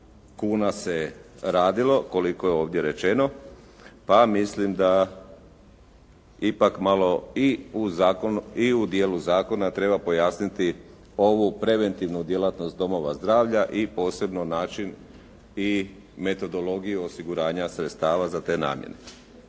kuna se radilo koliko je ovdje rečeno pa mislim da ipak malo i u dijelu zakona treba pojasniti ovu preventivnu djelatnost domova zdravlja i posebno način i metodologiju osiguranja sredstava za te namjene.